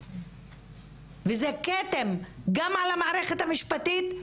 וזה כתם גם על המערכת המשפטית,